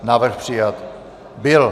Návrh přijat byl.